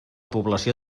població